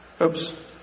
Oops